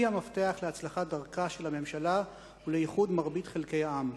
המפתח להצלחת דרכה של הממשלה ולאיחוד מרבית חלקי העם.